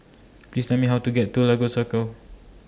Please Tell Me How to get to Lagos Circle